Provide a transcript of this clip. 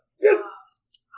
Yes